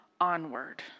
onward